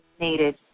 needed